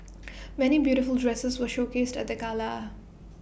many beautiful dresses were showcased at the gala